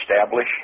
establish